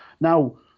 Now